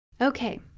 Okay